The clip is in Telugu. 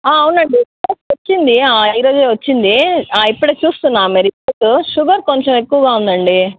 అవునండీ రిపోర్ట్ వచ్చింది ఆ ఈరోజే వచ్చింది ఆ ఇప్పుడే చూస్తున్నాను ఆమె రిపోర్ట్ షుగర్ కొంచెం ఎక్కువగా ఉందండి